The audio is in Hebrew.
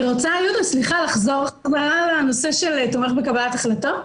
אני רוצה לחזור אחורה לנושא של "תומך בקבלת החלטות".